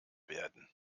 werden